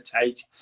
take